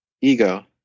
ego